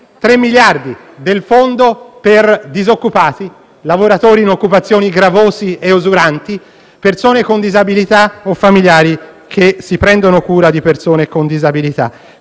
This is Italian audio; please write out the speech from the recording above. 3 miliardi del fondo per disoccupati, lavoratori in occupazioni gravose e usuranti, persone con disabilità o familiari che si prendono cura di persone con disabilità.